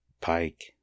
pike